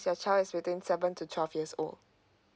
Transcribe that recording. your child is between seven to twelve years old